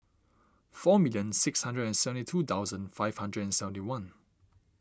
four million six hundred and seventy two thousand five hundred and seventy one